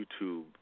YouTube